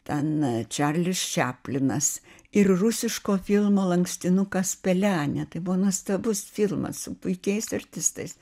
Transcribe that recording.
ten čarlis čaplinas ir rusiško filmo lankstinukas pelenė tai buvo nuostabus filmas su puikiais artistais